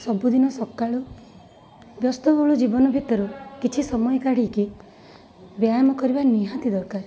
ସବୁଦିନ ସକାଳୁ ବ୍ୟସ୍ତ ବହୁଳ ଜୀବନ ଭିତରୁ କିଛି ସମୟ କାଢ଼ିକି ବ୍ୟାୟାମ କରିବା ନିହାତି ଦରକାର